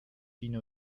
gino